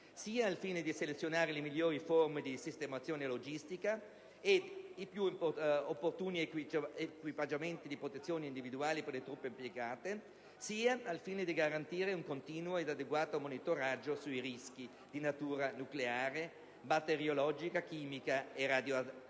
sia al fine di selezionare le migliori forme di sistemazione logistica ed i più opportuni equipaggiamenti di protezione individuali per le truppe impiegate, sia al fine di garantire un continuo ed adeguato monitoraggio sui rischi di natura nucleare, batteriologica, chimica e radiologica,